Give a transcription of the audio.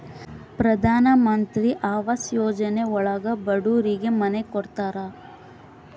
ಪ್ರಧನಮಂತ್ರಿ ಆವಾಸ್ ಯೋಜನೆ ಒಳಗ ಬಡೂರಿಗೆ ಮನೆ ಕೊಡ್ತಾರ